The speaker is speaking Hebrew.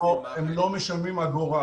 הם לא משלמים אגורה.